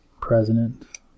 President